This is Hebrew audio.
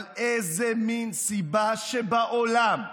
אבל איזו סיבה שבעולם,